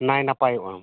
ᱱᱟᱭ ᱱᱟᱯᱟᱭᱚᱜᱼᱟ